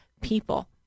people